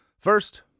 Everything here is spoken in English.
First